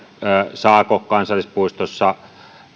saako kansallispuistossa